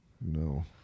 No